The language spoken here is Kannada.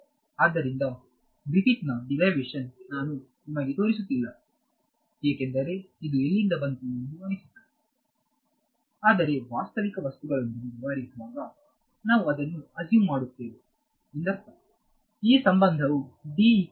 ಆದ್ದರಿಂದ ಗ್ರಿಫಿತ್ಸ್ನ ಡಿರೈವೇಶನ್ ನಾನು ನಿಮಗೆ ತೋರಿಸುತ್ತಿಲ್ಲ ಏಕೆಂದರೆ ಇದು ಎಲ್ಲಿಂದ ಬಂತು ಎಂದು ಅನಿಸುತ್ತದೆ ಆದರೆ ವಾಸ್ತವಿಕ ವಸ್ತುಗಳೊಂದಿಗೆ ವ್ಯವಹರಿಸುವಾಗ ನಾವು ಅದನ್ನು ಅಸ್ಯೂಮ್ ಮಾಡುತ್ತೇವೆ ಎಂದರ್ಥ